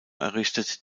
errichtet